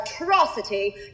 atrocity